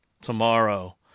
tomorrow